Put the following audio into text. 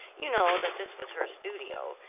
you know that this was her studio,